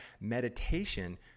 Meditation